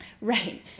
right